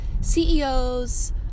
CEOs